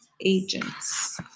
agents